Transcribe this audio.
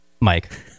Mike